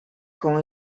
koło